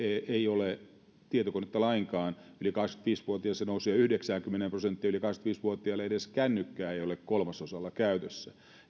ole tietokonetta lainkaan yli kahdeksankymmentäviisi vuotiaissa se nousee yhdeksäänkymmeneen prosenttiin yli kahdeksankymmentäviisi vuotiailla edes kännykkää ei ole kolmasosalla käytössä